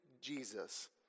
Jesus